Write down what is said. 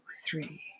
three